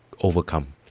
overcome